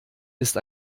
ist